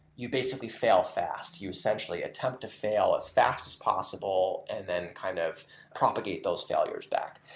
you basically fail fast. you essentially attempt to fail as fast as possible and then kind of propagate those failures back.